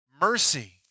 Mercy